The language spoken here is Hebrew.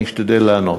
אני אשתדל לענות.